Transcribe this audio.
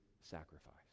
sacrifice